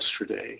yesterday